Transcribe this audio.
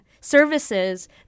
services